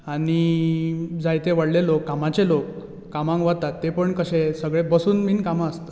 आनी जायते व्हडले लोक कामाचे लोक कामांक वतात ते पण कशें सगळें बसून बीन कामां आसतात